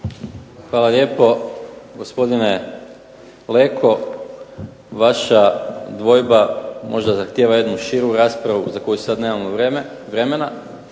Hvala lijepo, gospodine Leko, vaša dvojba možda zahtjeva jednu širu raspravu za koju sada nemamo vremena,